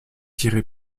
tiré